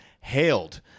hailed